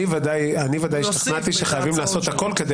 אני ודאי השתכנעתי שחייבים לעשות הכול כדי